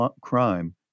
crime